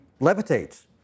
levitates